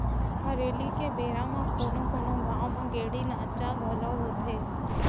हरेली के बेरा म कोनो कोनो गाँव म गेड़ी नाचा घलोक होथे